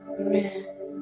breath